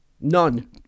None